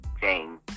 James